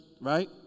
right